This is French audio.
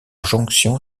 jonction